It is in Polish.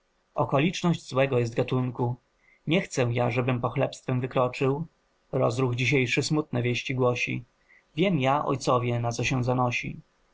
okoliczność złego jest gatunku nie chcę ja żebym pochlebstwem wykroczył rozruch dzisiejszy smutne wieści głosi wiem ja ojcowie na co się zanosi